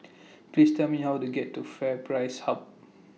Please Tell Me How to get to FairPrice Hub